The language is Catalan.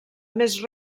més